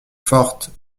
forte